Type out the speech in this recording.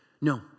No